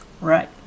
Right